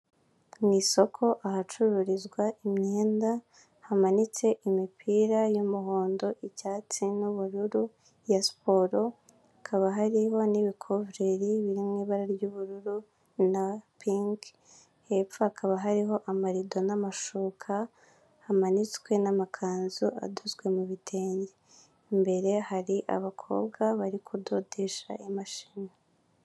Mu isoko ahacururizwa imyenda hamanitse imipira y'umuhondo, icyatsi n'ubururu ya siporo hakaba hariho n'ibikuvureri biri mu ibara ry'ubururu, na pinki, hepfo hakaba hariho amarido n'amashuka hamanitswe n'amakanzu, adozwe mu bitenge imbere hari abakobwa bari kudotesha imashini.